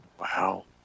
Wow